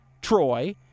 Troy